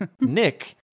nick